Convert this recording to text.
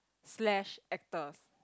slash actors